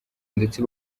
ndetse